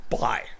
Bye